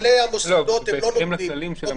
מנהלי המוסדות לא נותנים.